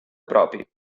propi